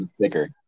thicker